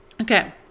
Okay